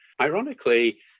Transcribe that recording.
Ironically